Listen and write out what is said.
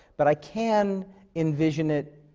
but i can envision it,